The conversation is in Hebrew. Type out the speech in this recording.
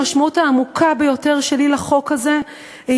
המשמעות העמוקה ביותר של החוק הזה היא